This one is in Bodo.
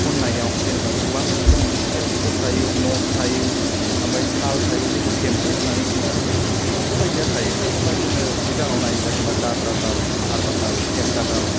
खन्नायाव जेनावबा गोबां रोखोमनि स्केलसफोर थायो नथ थायो आमफाय थाल थायो जेखौ थेम्फ' होननानै बुङो आरोखि बेफोरबायदिया थायो होमबा जोङो सिगाङाव नायोबा जेनबा दाद्रा थाल काहार्बा थाल केम्था थाल